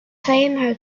her